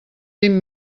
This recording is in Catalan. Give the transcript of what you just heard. vint